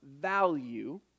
value